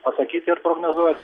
pasakyt ir prognozuot